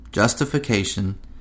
Justification